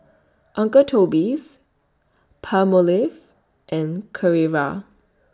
Uncle Toby's Palmolive and Carrera